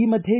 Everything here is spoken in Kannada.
ಈ ಮಧ್ಯೆ